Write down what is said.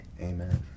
Amen